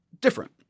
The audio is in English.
different